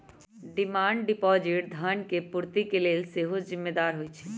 demand deposit धन के पूर्ति के लेल सेहो जिम्मेदार होइ छइ